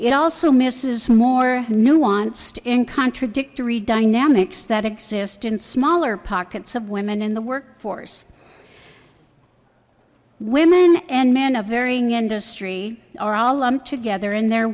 it also misses more nuanced in contradictory dynamics that exist in smaller pockets of women in the workforce women and men of varying industry are all lumped together in their